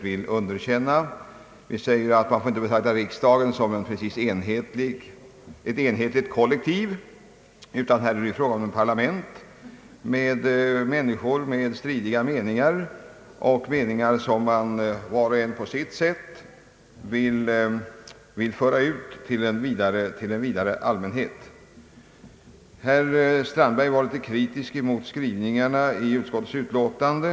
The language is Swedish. Vi anser nämligen att riksdagen inte får betraktas som ett enhetligt kollektiv, utan att det här är fråga om ett parlament med människor som har olika meningar — meningar som var och en vill föra ut på sitt sätt till en vidare allmänhet. Herr Strandberg var litet kritisk mot skrivningarna i utskottets utlåtande.